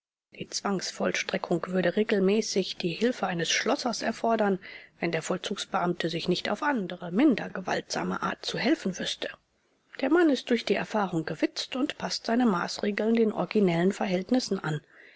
die zwangsvollstreckung würde regelmäßig die hilfe eines schlossers erfordern wenn der vollzugsbeamte sich nicht auf andere minder gewaltsame art zu helfen wüßte der mann ist durch die erfahrung gewitzt und paßt seine maßregeln den originellen verhältnissen an